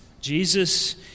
Jesus